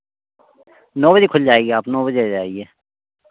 नौ बजे खुल जाएगी आप नौ बजे आ जाइए